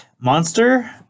Monster